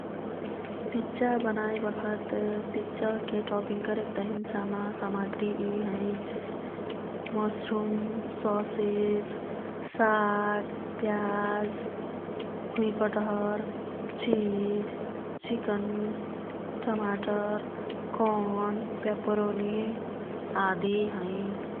पिज्जा बनाई बखत पिज्जा ओह्के टपिंग करेक तहिन चाह्ना सामाग्री यी हैं। मसरुम, ससेस, साग, प्याज, भुइँकटहर, चिज, चिकन, टमाटर, कर्न, प्यापरनि आदि हैं।